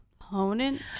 opponent